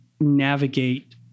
navigate